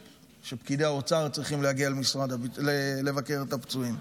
שפקידי האוצר צריכים להגיע לבקר את הפצועים.